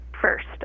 first